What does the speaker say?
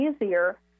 easier